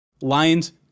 Lions